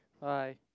Bye